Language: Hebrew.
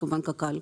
וכמובן, קק"ל.